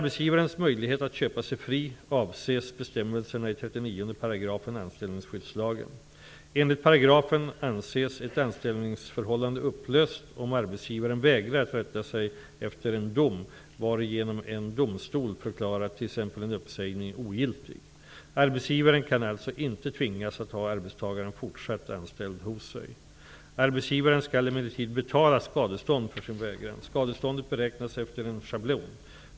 Enligt paragrafen anses ett anställningsförhållande upplöst om arbetsgivaren vägrar att rätta sig efter en dom, varigenom en domstol förklarat t.ex. en uppsägning ogiltig. Arbetsgivaren kan alltså inte tvingas att ha arbetstagaren fortsatt anställd hos sig. Arbetsgivaren skall emellertid betala skadestånd för sin vägran. Skadeståndet beräknas efter en schablon.